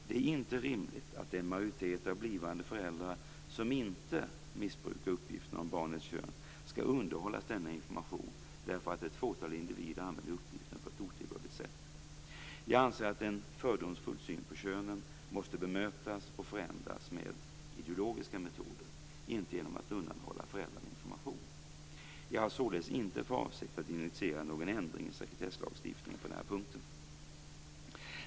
Det är inte rimligt att den majoritet av blivande föräldrar som inte missbrukar uppgiften om barnets kön skall undanhållas denna information därför att ett fåtal individer använder uppgiften på ett otillbörligt sätt. Jag anser att en fördomsfull syn på könen måste bemötas och förändras med ideologiska metoder, inte genom att undanhålla föräldrarna information. Jag har således inte för avsikt att initiera någon ändring i sekretesslagstiftningen på den här punkten.